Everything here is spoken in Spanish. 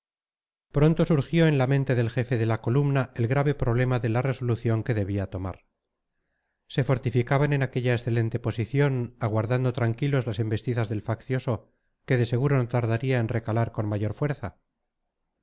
pronto surgió en la mente del jefe de la columna el grave problema de la resolución que debía tomar se fortificaban en aquella excelente posición aguardando tranquilos las embestidas del faccioso que de seguro no tardaría en recalar con mayor fuerza